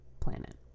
planet